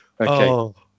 Okay